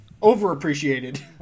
overappreciated